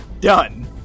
Done